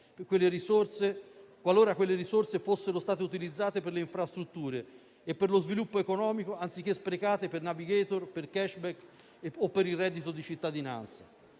qualora tali risorse fossero state utilizzate per le infrastrutture e per lo sviluppo economico, anziché sprecate per *navigator*, *cashback* o per il reddito di cittadinanza.